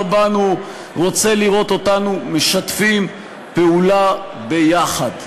בנו רוצה לראות אותנו משתפים פעולה ביחד.